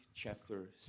Chapter